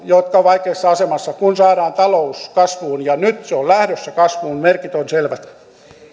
jotka ovat vaikeassa asemassa kun saadaan talous kasvuun ja nyt se on lähdössä kasvuun merkit ovat selvät